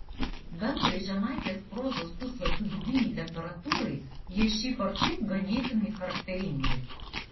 bendrai žemaitės prozos puslapių vidinei temperatūrai jie šiaip ar taip ganėtinai charakteringi